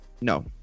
No